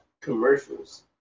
commercials